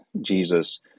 Jesus